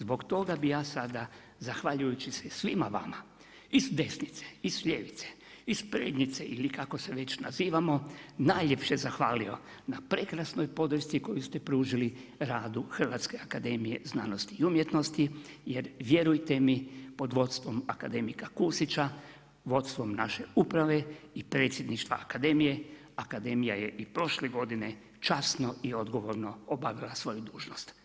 Zbog toga bi ja sada zahvaljujući se svima vama i s desnice i s ljevice i s prednjice ili kako se već nazivamo najljepše zahvalio na prekrasnoj podršci koju ste pružili radu HAZU jer vjerujte mi pod vodstvom akademika Kusića vodstvom naše uprave i predsjedništva akademije, akademija je prošle godine časno i odgovorno obavila svoju dužnost.